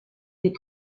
des